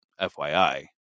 FYI